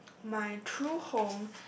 my true home